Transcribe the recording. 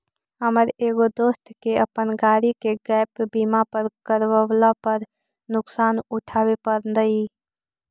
हमर एगो दोस्त के अपन गाड़ी के गैप बीमा न करवयला पर नुकसान उठाबे पड़लई